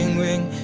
ring,